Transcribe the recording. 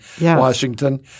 Washington